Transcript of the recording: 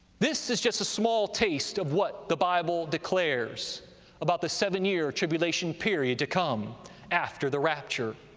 this is just a small taste of what the bible declares about the seven-year tribulation period to come after the rapture.